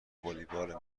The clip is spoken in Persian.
والیبال